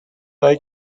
bei